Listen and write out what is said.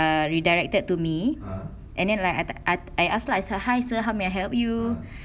ah redirected to me and then like I I I ask lah hi sir how may I help you